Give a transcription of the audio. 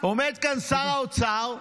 עומד כאן שר האוצר ואומר: